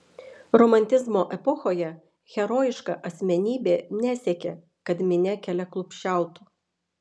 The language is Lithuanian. romantizmo epochoje herojiška asmenybė nesiekė kad minia keliaklupsčiautų